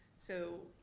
so,